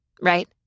right